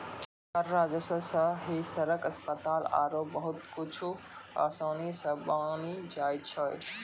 कर राजस्व सं ही सड़क, अस्पताल आरो बहुते कुछु आसानी सं बानी जाय छै